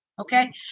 Okay